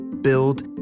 build